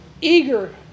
eager